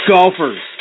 Golfers